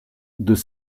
deux